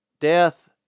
death